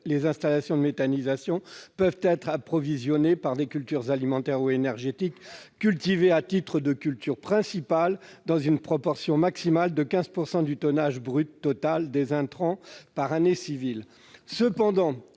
les installations de méthanisation peuvent être approvisionnées par des cultures alimentaires ou énergétiques, cultivées à titre de culture principale, dans une proportion maximale de 15 % du tonnage brut total des intrants par année civile.